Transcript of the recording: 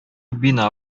бина